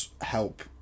help